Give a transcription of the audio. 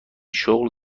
شغل